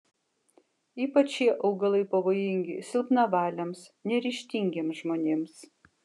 ypač šie augalai pavojingi silpnavaliams neryžtingiems žmonėms